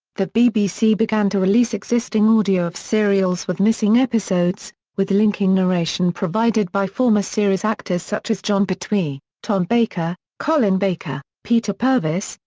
the bbc began to release existing audio of serials with missing episodes, with linking narration provided by former series actors such as jon pertwee, tom baker, colin baker, peter peter purves,